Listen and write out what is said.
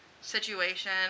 situation